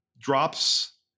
drops